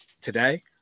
today